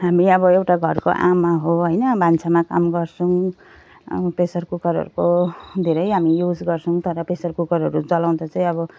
हामी अब एउटा घरको आमा हो होइन भान्सामा काम गर्छौँ अब प्रेसर कुकरहरूको धेरै हामी युज गर्छौँ तर प्रेसर कुकरहरू चलाउँदा चाहिँ अब